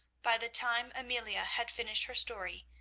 by the time amelia had finished her story,